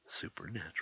Supernatural